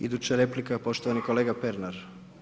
Iduća replika, poštovani kolega Pernar.